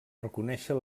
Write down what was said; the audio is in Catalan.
reconèixer